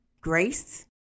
grace